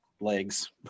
legs